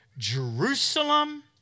Jerusalem